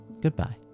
Goodbye